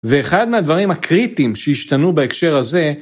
ואחד מהדברים הקריטיים שהשתנו בהקשר הזה